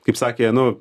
kaip sakė nu